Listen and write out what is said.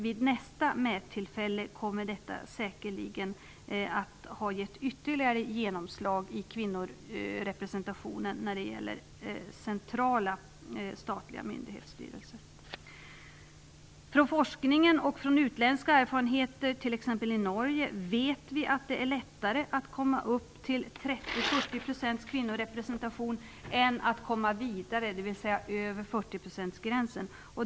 Vid nästa mättillfälle kommer detta säkerligen att ha gett ytterligare genomslag i kvinnorepresentationen när det gäller centrala statliga myndighetsstyrelser. Från forskningen och genom erfarenheter från andra länder, t.ex. Norge, vet vi att det är lättare att komma upp till en kvinnorepresentation på 30-40 % än att komma vidare, dvs. över 40-procentsgränsen.